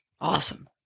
Awesome